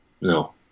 no